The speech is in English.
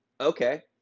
Okay